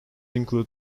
include